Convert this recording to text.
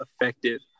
effective